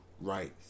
right